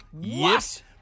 Yes